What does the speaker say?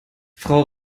frau